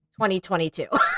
2022